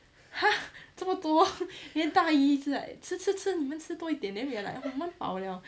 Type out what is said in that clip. !huh! 这么多 then 大姨一直 like 吃吃吃你们吃多一点 then we were like 我们饱 liao